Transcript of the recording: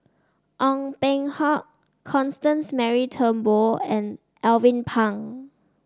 Ong Peng Hock Constance Mary Turnbull and Alvin Pang